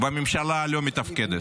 והממשלה הלא מתפקדת.